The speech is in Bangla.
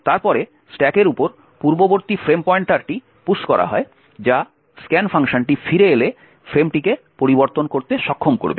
তারপরে স্ট্যাকের উপর পূর্ববর্তী ফ্রেম পয়েন্টারটি পুশ করা হয় যা scan ফাংশনটি ফিরে এলে ফ্রেমটিকে পরিবর্তন করতে সক্ষম করবে